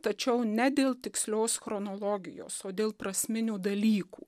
tačiau ne dėl tikslios chronologijos o dėl prasminių dalykų